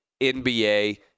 NBA